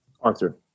Arthur